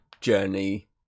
journey